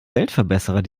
weltverbesserer